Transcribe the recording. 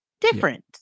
Different